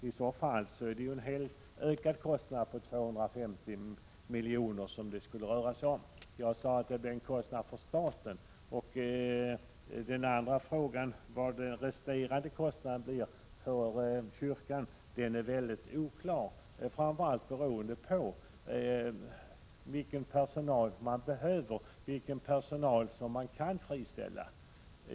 I så fall skulle det bli fråga om en kostnadsökning på totalt 250 milj.kr. Jag sade att detta skulle bli en kostnad för staten. Frågan vilken resterande kostnad som kyrkan skulle få är mycket oklar, framför allt med tanke på vilken personal som man behöver och vilken personal som man kan friställa.